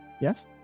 yes